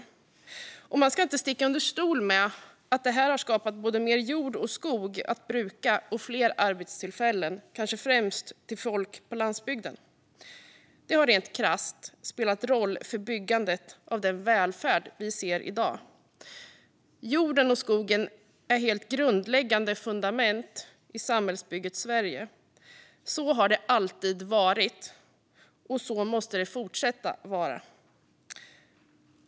Man ska inte sticka under stol med att detta har skapat både mer jord och skog att bruka och fler arbetstillfällen, kanske främst till folk på landsbygden. Det har rent krasst spelat roll för byggandet av den välfärd vi ser i dag. Jorden och skogen är grundläggande fundament i samhällsbygget Sverige. Så har det alltid varit, och så måste det fortsätta vara.